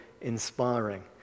inspiring